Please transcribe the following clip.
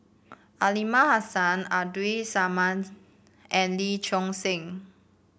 Aliman Hassan Abdul Samad and Lee Choon Seng